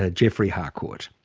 ah geoffrey harcourt,